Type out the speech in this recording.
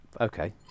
Okay